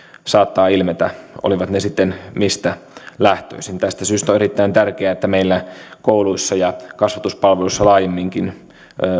saattaa ilmetä olivat ne sitten mistä tahansa lähtöisin tästä syystä on erittäin tärkeää että meillä kouluissa ja kasvatuspalveluissa laajemminkin